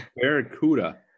barracuda